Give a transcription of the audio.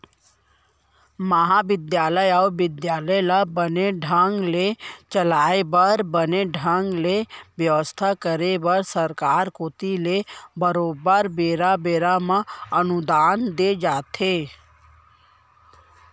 महाबिद्यालय अउ बिद्यालय ल बने ढंग ले चलाय बर बने ढंग ले बेवस्था करे बर सरकार कोती ले बरोबर बेरा बेरा म अनुदान दे जाथे